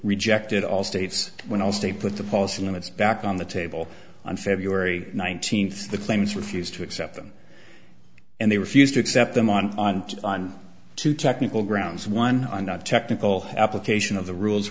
rejected all states when all stay put the policy on it's back on the table on february nineteenth the claims refuse to accept them and they refused to accept them on on on to technical grounds one not technical application of the rules